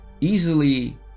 easily